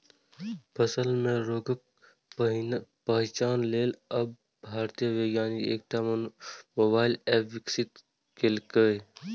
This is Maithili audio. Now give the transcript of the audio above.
फसल मे रोगक पहिचान लेल आब भारतीय वैज्ञानिक एकटा मोबाइल एप विकसित केलकैए